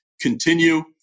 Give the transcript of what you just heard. continue